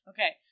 Okay